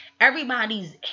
everybody's